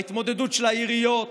בהתמודדות של העיריות,